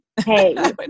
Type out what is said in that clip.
hey